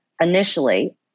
initially